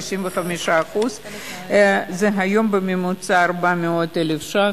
95%. זה היום בממוצע 400,000 שקלים,